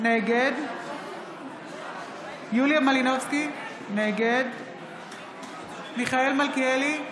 נגד יוליה מלינובסקי, נגד מיכאל מלכיאלי,